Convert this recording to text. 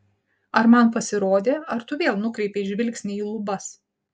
ar man pasirodė ar tu vėl nukreipei žvilgsnį į lubas